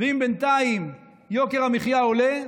ואם בינתיים יוקר המחיה עולה,